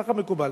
ככה מקובל.